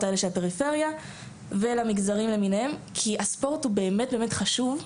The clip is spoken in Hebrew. האלה של הפריפריה ולמגזרים למיניהם כי הספורט הוא באמת חשוב,